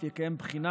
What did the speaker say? אילת,